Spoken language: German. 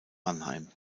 mannheim